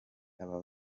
aba